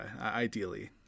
ideally